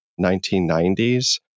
1990s